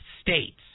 states